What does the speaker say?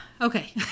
Okay